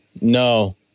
No